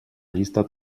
llista